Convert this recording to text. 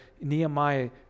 Nehemiah